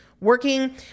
working